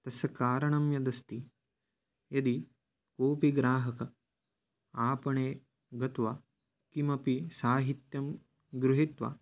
तस्य कारणं यदस्ति यदि कोपि ग्राहकः आपणे गत्वा किमपि साहित्यं गृहित्वा